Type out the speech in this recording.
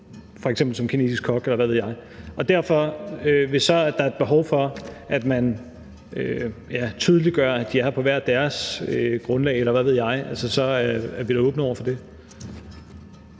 f.eks. som kinesisk kok, eller hvad ved jeg. Og hvis der så er et behov for, at man tydeliggør, at de er her på hver deres grundlag, eller hvad ved jeg, så er vi da åbne over for det.